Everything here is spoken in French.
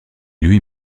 lui